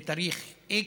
בתאריך x,